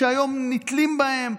שהיום נתלים בהם.